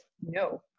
No